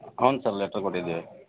ಹೌನ್ sir letter ಕೊಟ್ಟಿದ್ದೇವೆ